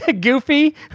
Goofy